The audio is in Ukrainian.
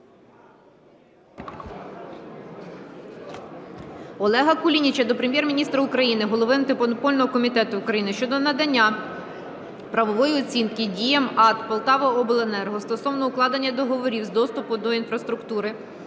Олега Кулініча до Прем'єр-міністра України, голови Антимонопольного комітету України щодо надання правової оцінки діям АТ "Полтаваобленерго" стосовно укладення договорів з доступу до інфраструктури